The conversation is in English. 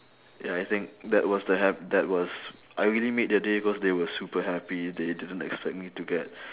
ya I think that was the ha~ that was I really made their day because they were super happy they didn't expect me to get